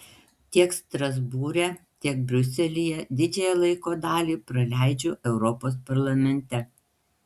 tiek strasbūre tiek briuselyje didžiąją laiko dalį praleidžiu europos parlamente